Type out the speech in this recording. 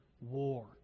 war